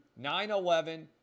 9-11